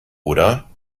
oder